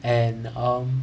and um